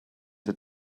had